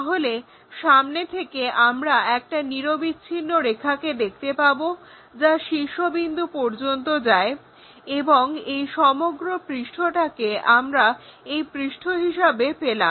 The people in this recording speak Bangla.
তাহলে সামনে থেকে আমরা একটা নিরবিচ্ছিন্ন রেখাকে দেখতে পাবো যা শীর্ষবিন্দু পর্যন্ত যায় এবং এই সমগ্র পৃষ্ঠটাকে আমরা এই পৃষ্ঠ হিসাবে পেলাম